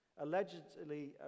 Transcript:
allegedly